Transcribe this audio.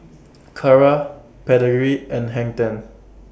Kara Pedigree and Hang ten